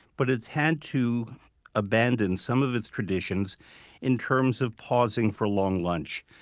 but it's had to abandon some of its traditions in terms of pausing for long lunch,